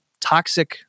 toxic